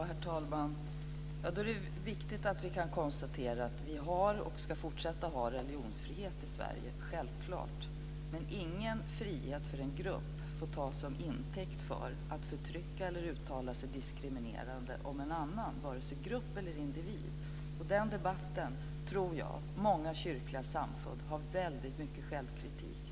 Herr talman! Det är viktigt att kunna konstatera att vi har och ska fortsätta att ha religionsfrihet i Sverige - självklart. Men frihet för en grupp får aldrig tas till intäkt för att förtrycka eller uttala sig diskriminerande om vare sig en annan grupp eller individ. I den debatten tror jag att många kyrkliga samfund har anledning till självkritik.